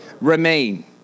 remain